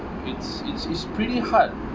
it's it's it's pretty hard